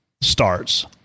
starts